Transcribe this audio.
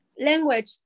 language